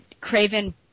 Craven